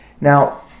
Now